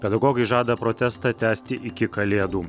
pedagogai žada protestą tęsti iki kalėdų